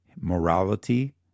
morality